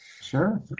Sure